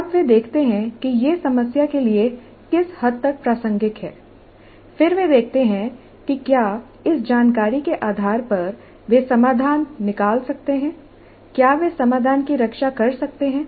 तब वे देखते हैं कि यह समस्या के लिए किस हद तक प्रासंगिक है फिर वे देखते हैं कि क्या इस जानकारी के आधार पर वे समाधान निकाल सकते हैं क्या वे समाधान की रक्षा कर सकते हैं